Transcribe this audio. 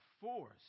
force